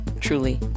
truly